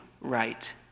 right